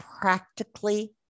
practically